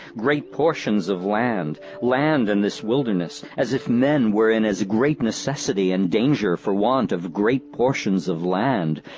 great portions of land, land in this wilderness, as if men were in as great necessity and danger for want of great portions of land,